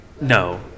No